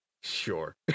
sure